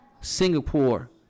Singapore